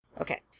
Okay